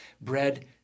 bread